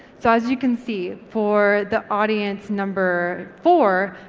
so as you can see for the audience number four,